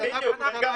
דוגמה.